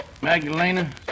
Magdalena